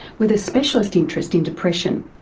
with a specialist interest in depression.